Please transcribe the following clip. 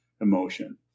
emotion